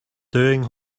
doing